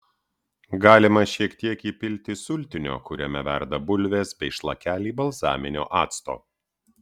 galima šiek tiek įpilti sultinio kuriame verda bulvės bei šlakelį balzaminio acto